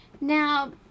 Now